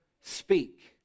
speak